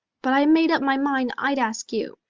but i made up my mind i'd ask you.